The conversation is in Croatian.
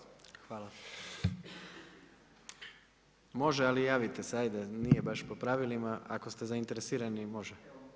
Može ali javite se, ajde nije baš po pravilima, ako ste zainteresirani može.